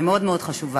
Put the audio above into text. היא מאוד מאוד חשובה.